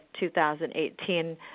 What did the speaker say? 2018